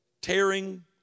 tearing